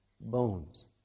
bones